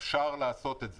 אפשר לעשות את זה.